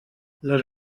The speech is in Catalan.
les